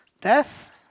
Death